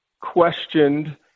questioned